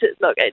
look